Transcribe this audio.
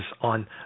on